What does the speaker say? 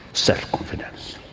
self-confidence.